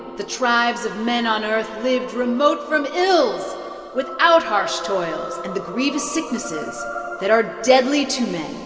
the tribes of men on earth lived remote from ills without harsh toils and the grievous sicknesses that are deadly to men